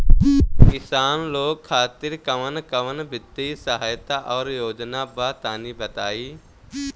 किसान लोग खातिर कवन कवन वित्तीय सहायता और योजना बा तनि बताई?